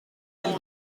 mille